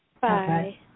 Bye